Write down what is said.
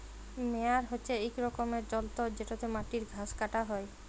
মেয়ার হছে ইক রকমের যল্তর যেটতে মাটির ঘাঁস ছাঁটা হ্যয়